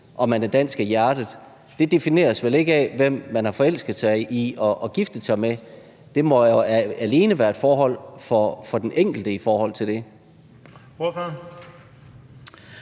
om man er dansk af hjerte? Det defineres vel ikke af, hvem man har forelsket sig i og har giftet sig med; det må jo alene være et forhold for den enkelte. Kl.